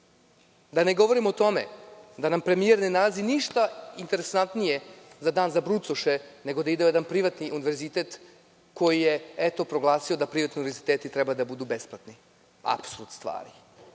Da ne govorim o tome da nam premijer ne nalazi ništa interesantnije za Dan za brucoše nego da ide na jedan privatni univerzitet koji je proglasio da privatni univerziteti treba da budu besplatni. Apsurd stvari.